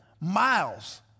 miles